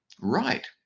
right